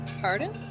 Pardon